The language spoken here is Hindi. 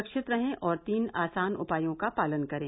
सुरक्षित रहें और तीन आसान उपायों का पालन करें